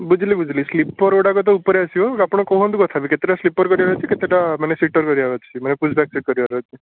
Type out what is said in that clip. ବୁଝିଲ ବୁଝିଲି ସ୍ଲିପର୍ଗୁଡ଼ିକ ତ ଉପରେ ଆସିବ ଆପଣ କୁହନ୍ତୁ ତଥାପି କେତେଟା ସ୍ଲିପର୍ କରିବାର ଅଛି କେତେଟା ମାନେ ସିଟର୍ କରିବାର ଅଛି ମାନେ ପୁଲ୍ ବ୍ୟାକସିଟ୍ କରିବା ଅଛି